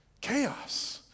Chaos